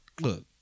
look